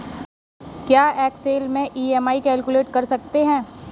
क्या एक्सेल में EMI calculate कर सकते हैं?